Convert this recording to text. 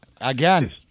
Again